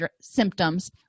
symptoms